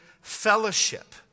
fellowship